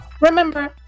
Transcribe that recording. Remember